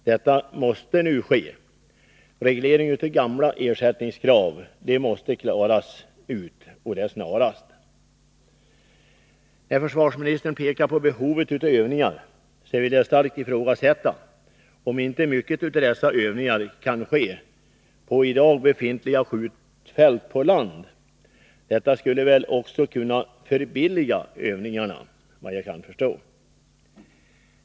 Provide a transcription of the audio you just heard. Detta måste nu ske. Reglering av gamla ersättningskrav måste klaras ut snarast. När försvarsministern pekar på behovet av övningar vill jag starkt ifrågasätta om inte mycket av dessa övningar kan ske på i dag befintliga skjutfält på land. Detta skulle väl också kunna förbilliga övningarna, vad jag kan förstå.